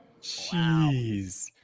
Jeez